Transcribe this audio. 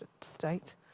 state